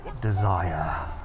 desire